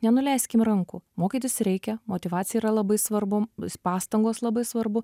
nenuleiskim rankų mokytis reikia motyvacija yra labai svarbu pastangos labai svarbu